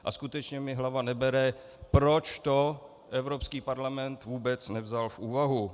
A skutečně mi hlava nebere, proč to Evropský parlament vůbec nevzal v úvahu.